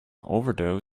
overdose